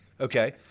okay